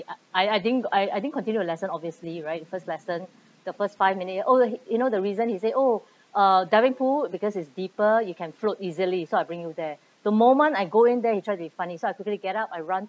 I I I didn't I didn't continue the lesson obviously right first lesson the first five minute oh you know the reason he say oh uh diving pool because it's deeper you can float easily so I bring you there the moment I go in there he try to be funny so I quickly get up I run